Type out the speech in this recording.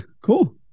Cool